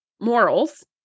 morals